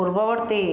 ପୂର୍ବବର୍ତ୍ତୀ